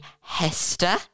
Hester